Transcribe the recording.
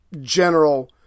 general